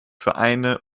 vereine